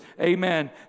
amen